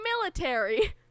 military